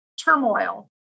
turmoil